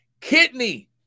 Kidney